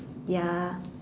ya